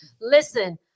listen